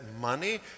money